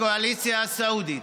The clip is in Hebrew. הקואליציה הסעודית.